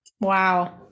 Wow